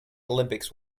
olympics